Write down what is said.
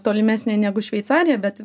tolimesnė negu šveicarija bet